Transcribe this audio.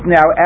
now